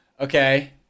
okay